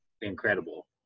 incredible